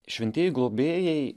šventieji globėjai